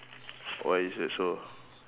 why is that so